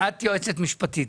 את יועצת משפטית,